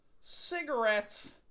cigarettes